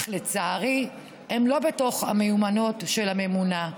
אך לצערי הם לא בתוך המיומנויות של הממונה.